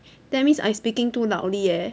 that means I speaking too loudly eh